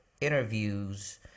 interviews